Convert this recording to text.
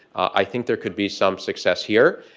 i think there could be some success here.